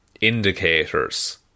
indicators